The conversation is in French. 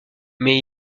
mais